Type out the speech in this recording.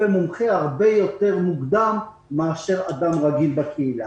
מומחה הרבה יותר מוקדם מאדם רגיל בקהילה.